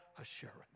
assurance